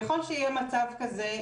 ככל שיהיה מצב כזה,